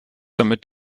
damit